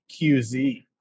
QZ